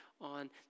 on